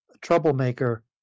troublemaker